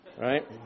Right